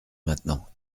maintenant